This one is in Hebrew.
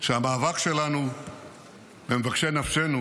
שהמאבק שלנו במבקשי נפשנו